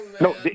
No